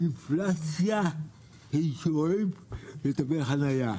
אינפלציה באישורים של תווי חניה.